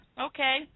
Okay